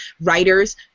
writers